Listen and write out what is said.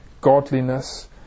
godliness